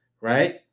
right